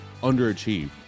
underachieved